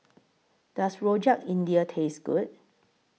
Does Rojak India Taste Good